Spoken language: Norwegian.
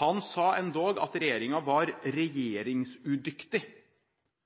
Han sa endog at regjeringen var regjeringsudyktig.